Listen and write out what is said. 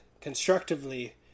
constructively